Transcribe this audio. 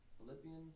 Philippians